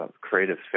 creative